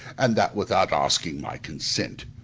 and that without asking my consent.